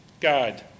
God